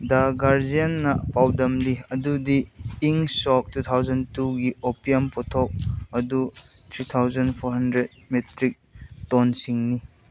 ꯗ ꯒꯥꯔꯖꯤꯌꯥꯟꯅ ꯄꯥꯎꯗꯝꯂꯤ ꯑꯗꯨꯗꯤ ꯏꯪ ꯁꯣꯛ ꯇꯨ ꯊꯥꯎꯖꯟ ꯇꯨꯒꯤ ꯑꯣꯄꯤꯌꯝ ꯄꯣꯠꯊꯣꯛ ꯑꯗꯨ three thousand four hundred metric ꯇꯣꯟꯁꯤꯡꯅꯤ